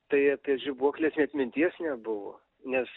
tai apie žibuokles net minties nebuvo nes